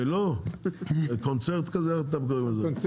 למה